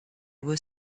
were